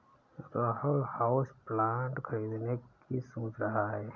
Rahul houseplant खरीदने की सोच रहा है